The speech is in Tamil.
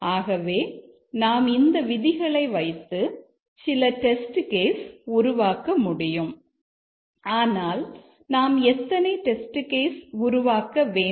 ஆகவே நாம் இந்த விதிகளை வைத்து சில டெஸ்ட் கேஸ் உருவாக்க வேண்டும்